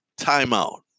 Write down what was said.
Timeout